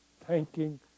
thanking